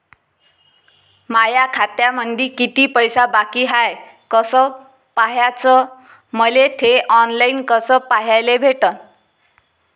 माया खात्यामंधी किती पैसा बाकी हाय कस पाह्याच, मले थे ऑनलाईन कस पाह्याले भेटन?